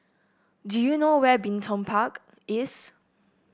do you know where Bin Tong Park is